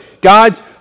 God's